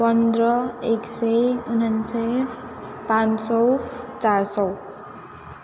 पन्ध्र एक सय उनान्सय पाँच सौ चार सौ